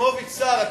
יחימוביץ שרה,